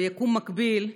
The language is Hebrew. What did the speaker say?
ביקום מקביל,